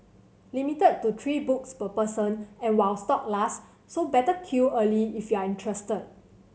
limited to three books per person and while stock last so better queue early if you're interested